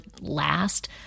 last